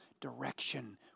direction